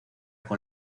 con